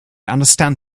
understand